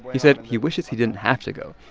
he said, he wishes he didn't have to go,